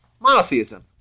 monotheism